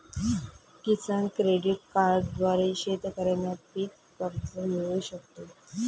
किसान credit कार्डद्वारे शेतकऱ्यांना पीक कर्ज मिळू शकते